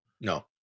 No